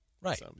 Right